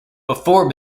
before